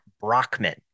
Brockman